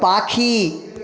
পাখি